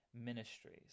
ministries